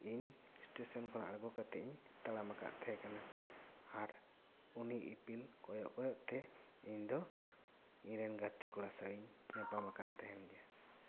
ᱤᱧ ᱥᱴᱮᱥᱮᱱ ᱠᱷᱚᱱ ᱟᱬᱜᱳ ᱠᱟᱛᱮᱫ ᱤᱧ ᱛᱟᱲᱟᱢ ᱟᱠᱟᱫ ᱛᱟᱦᱮᱸ ᱠᱟᱱᱟ ᱟᱨ ᱩᱱᱤ ᱤᱯᱤᱞ ᱠᱚᱭᱚᱜ ᱠᱚᱭᱚᱜ ᱛᱮ ᱤᱧ ᱫᱚ ᱤᱧ ᱨᱮᱱ ᱜᱟᱛᱮ ᱠᱚᱲᱟ ᱥᱟᱶ ᱤᱧ ᱧᱟᱯᱟᱢ ᱟᱠᱟᱱ ᱛᱟᱦᱮᱱ ᱜᱮᱭᱟ